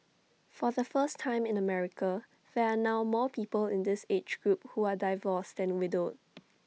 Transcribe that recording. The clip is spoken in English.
for the first time in America there are now more people in this age group who are divorced than widowed